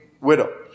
widow